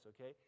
okay